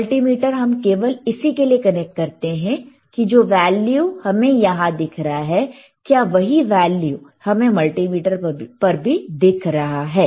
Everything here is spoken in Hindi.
मल्टीमीटर हम केवल इसी के लिए कनेक्ट करते हैं कि जो वैल्यू हमें यहां दिख रहा है क्या वही वैल्यू हमें मल्टीमीटर पर भी दिख रहा है